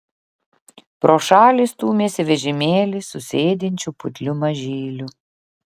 pro šalį stūmėsi vežimėlį su sėdinčiu putliu mažyliu